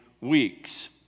weeks